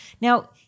Now